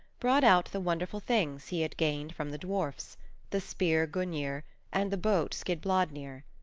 brought out the wonderful things he had gained from the dwarfs the spear gungnir and the boat skidbladnir.